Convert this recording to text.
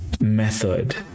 method